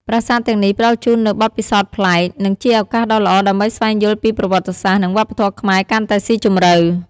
ប្រាសាទទាំងនេះផ្តល់ជូននូវបទពិសោធន៍ប្លែក និងជាឱកាសដ៏ល្អដើម្បីស្វែងយល់ពីប្រវត្តិសាស្ត្រ និងវប្បធម៌ខ្មែរកាន់តែស៊ីជម្រៅ។